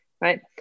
right